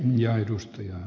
arvoisa puhemies